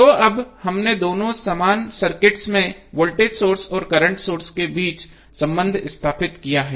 तो अब हमने दोनों समान सर्किट्स में वोल्टेज सोर्स और करंट सोर्स के बीच संबंध स्थापित किया है